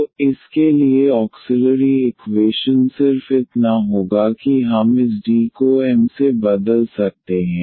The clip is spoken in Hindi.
तो इसके लिए ऑक्सिलरी इक्वेशन सिर्फ इतना होगा कि हम इस D को m से बदल सकते हैं